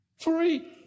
Free